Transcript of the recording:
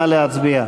נא להצביע.